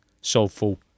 soulful